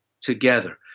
together